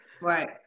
right